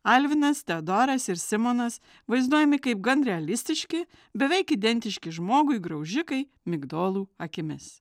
alvinas teodoras ir simonas vaizduojami kaip gan realistiški beveik identiški žmogui graužikai migdolų akimis